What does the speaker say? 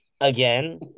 again